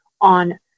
On